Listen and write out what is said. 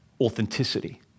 authenticity